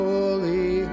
Holy